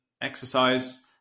exercise